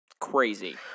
Crazy